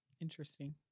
Interesting